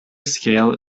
scale